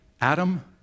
Adam